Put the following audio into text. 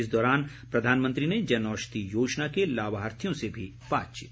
इस दौरान प्रधानमंत्री ने जनऔषधी योजना के लाभार्थियों से भी बातचीत की